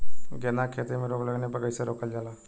गेंदा की खेती में रोग लगने पर कैसे रोकल जाला?